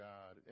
God